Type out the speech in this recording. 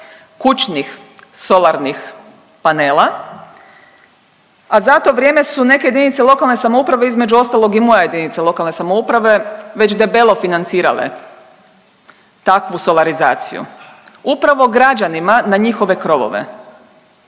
kućnih solarnih panela, a za to vrijeme su neke JLS između ostalog i moja JLS, već debelo financirale takvu solarizaciju upravo građanima na njihove krovove.